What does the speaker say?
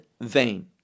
vain